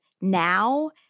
now